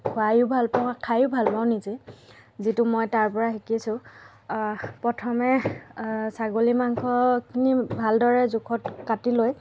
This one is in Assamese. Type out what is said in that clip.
খোৱাইয়ো ভালপাওঁ খাইয়ো ভালপাঁও নিজে যিটো মই তাৰ পৰা শিকিছোঁ প্ৰথমে ছাগলী মাংসখিনি ভালদৰে জোখত কাটি লৈ